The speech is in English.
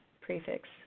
prefix